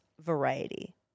variety